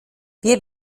wir